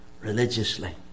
Religiously